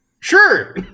sure